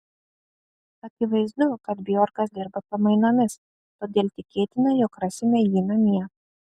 akivaizdu kad bjorkas dirba pamainomis todėl tikėtina jog rasime jį namie